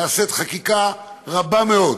שנעשית חקיקה רבה מאוד